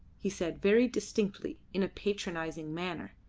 he said very distinctly, in a patronising manner.